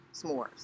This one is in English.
S'mores